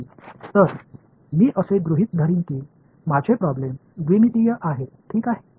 எனவே நான் என்ன செய்வேன் எனது பிரச்சினை இரு பரிமாணம் கொண்டது என்று கருதுவேன்